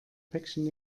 päckchen